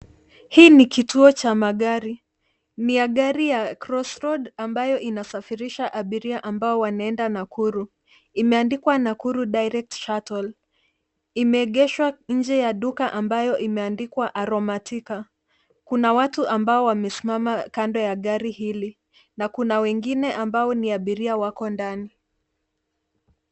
Hii ni kituo cha magari. Ni ya gari ya Crossroad ambayo inasafirisha abiria ambao wanaenda Nakuru. Imeandikwa Nakuru Direct Shuttle. Imeegeshwa nje ya duka ambayo imeandikwa Aromatica. Kuna watu ambao wamesimama kando ya gari hili na kuna wengine ambao ni abiria wako ndani.